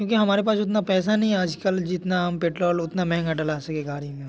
क्योंकि हमारे पास उतना पैसा नहीं है आज कल जितना हम पेट्रौल उतना महँगा डला सकें गाड़ी में